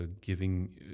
giving